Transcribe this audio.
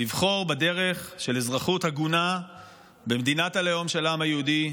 לבחור בדרך של אזרחות הגונה במדינת הלאום של העם היהודי.